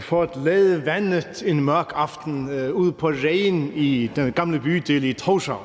for at lade vandet. Det var en mørk aften ude i Á Reyni, den gamle bydel i Tórshavn.